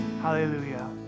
Hallelujah